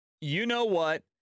you-know-what